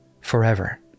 forever